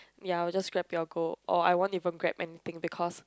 ya I will just grab ya go or I won't even grab anything because